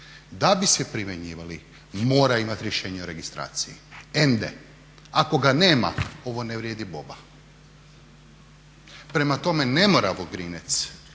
Da bi se primjenjivali mora imati rješenje o registraciji. Ako ga nema ovo ne vrijedi boba. Prema tome, ne mora Vugrinec